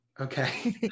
Okay